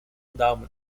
down